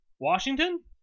washington